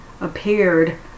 appeared